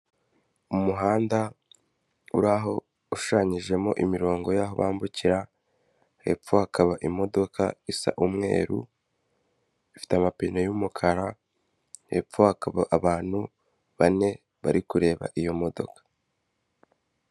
Umuhanda uraho ushushanyijemo imirongo y'aho bambukira, hepfo hakaba imodoka isa umweru, ifite amapine y'umukara, hepfo hakaba abantu bane bari kureba iyo modoka.